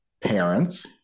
parents